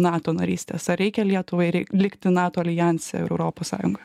nato narystės ar reikia lietuvai likti nato aljanse ir europos sąjungoj